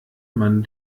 man